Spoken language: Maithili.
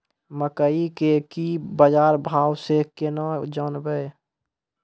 मकई के की बाजार भाव से केना जानवे?